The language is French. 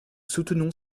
soutenons